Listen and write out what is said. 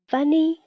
Funny